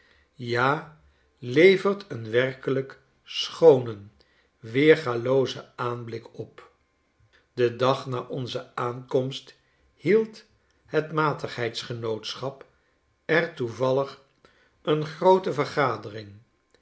ja levert een werkelijk schoonen weergaloozen aanblik op den dag na onze aankomst hield het matigheidsgenootschap er toevallig een groote vergadering